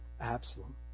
Absalom